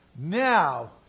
Now